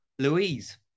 Louise